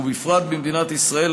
ובפרט במדינת ישראל,